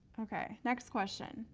okay, next question.